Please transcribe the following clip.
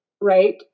right